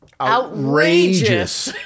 outrageous